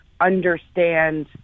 understand